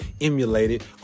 emulated